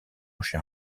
cher